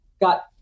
got